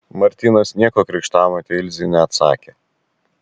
martynas nieko krikštamotei ilzei neatsakė